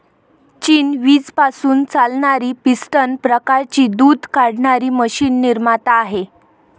चीन वीज पासून चालणारी पिस्टन प्रकारची दूध काढणारी मशीन निर्माता आहे